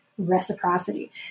reciprocity